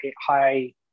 high